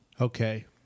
Okay